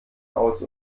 aus